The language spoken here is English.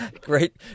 great